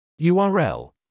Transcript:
url